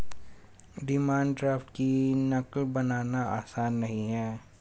demand draft की नक़ल बनाना आसान नहीं है